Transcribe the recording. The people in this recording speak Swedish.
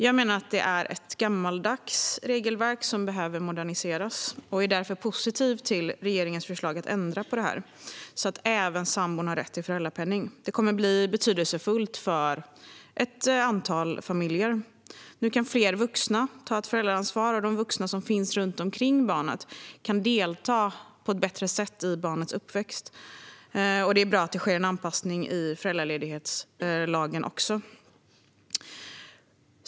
Jag menar att det är ett gammaldags regelverk som behöver moderniseras och är därför positiv till regeringens förslag att ändra på detta, så att även sambon har rätt till föräldrapenning. Det kommer att bli betydelsefullt för ett antal familjer. Nu kan fler vuxna ta ett föräldraansvar, och de vuxna som finns runt omkring barnet kan på ett bättre sätt delta i barnets uppväxt. Det är bra att det också sker en anpassning i föräldraledighetslagen.